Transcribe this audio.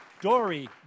Dory